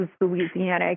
Louisiana